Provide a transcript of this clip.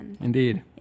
indeed